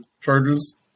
charges